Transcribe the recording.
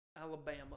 Alabama